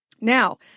Now